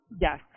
Yes